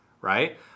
right